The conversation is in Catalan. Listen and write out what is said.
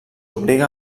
obliga